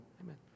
Amen